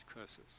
curses